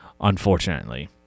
unfortunately